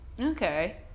Okay